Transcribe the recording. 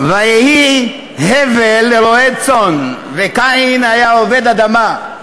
"ויהי הבל רֹעה צאן, וקין היה עֹבד אדמה.